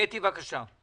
קטי, בבקשה.